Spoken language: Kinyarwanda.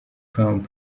trump